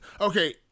okay